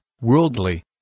worldly